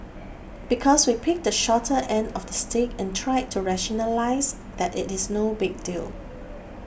because we picked the shorter end of the stick and tried to rationalise that it is no big deal